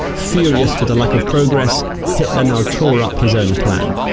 furious with a lack of progress hitler now tore up his own plan.